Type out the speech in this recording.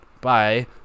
Bye